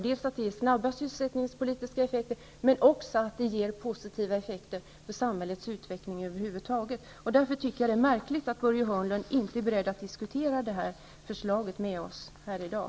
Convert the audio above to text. Dels ger de snabba sysselsättningspolitiska effekter, dels positiva effekter för samhällets utveckling över huvud taget. Jag tycker därför att det är märkligt att Börje Hörnlund inte är beredd att diskutera det här förslaget med oss här i dag.